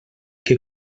que